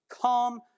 calm